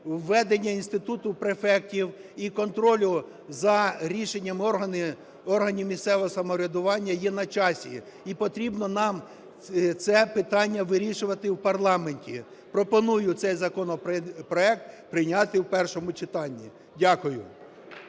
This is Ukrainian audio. введення інституту префектів і контролю за рішеннями органів місцевого самоврядування є на часі, і потрібно нам це питання вирішувати в парламенті. Пропоную цей законопроект прийняти в першому читанні. Дякую.